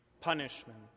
punishment